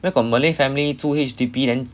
where got malay family 住 H_D_B then